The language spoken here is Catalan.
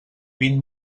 vint